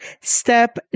step